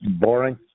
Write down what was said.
boring